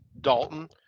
Dalton